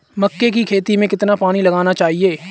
मक्के की खेती में कितना पानी लगाना चाहिए?